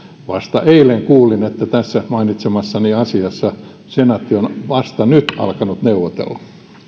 vasta eilen kuulin että tässä mainitsemassani asiassa senaatti on vasta nyt alkanut neuvotella